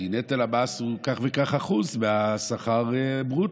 כי נטל המס הוא כך וכך אחוז מהשכר ברוטו,